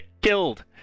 killed